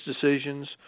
decisions